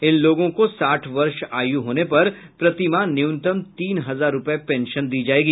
इन लोगों को साठ वर्ष आयु होने पर प्रतिमाह न्यूनतम तीन हजार रुपये पेंशन दी जाएगी